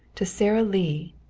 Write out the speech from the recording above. to sara lee,